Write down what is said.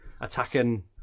attacking